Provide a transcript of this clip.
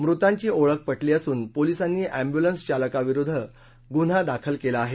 मृतांची ओळख पटली असून पोलिसांनी एम्ब्युलन्स चालकाविरुद्ध गुन्हा दाखल केला आहे